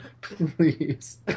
Please